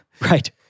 right